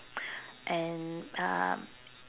and uh